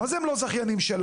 מה זה הם לא זכיינים שלנו?